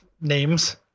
names